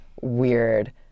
weird